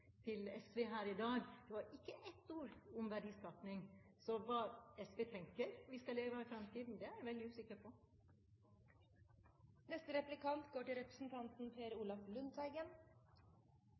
fra SV her i dag. Det var ikke ett ord om verdiskaping! Så hva SV tenker vi skal leve av i fremtiden, er jeg veldig usikker